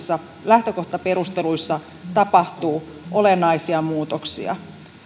lähtökohtaperusteluissa tapahtuu olennaisia muutoksia